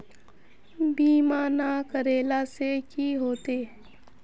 बीमा ना करेला से की होते?